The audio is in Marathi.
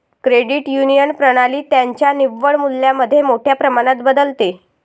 क्रेडिट युनियन प्रणाली त्यांच्या निव्वळ मूल्यामध्ये मोठ्या प्रमाणात बदलते